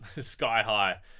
sky-high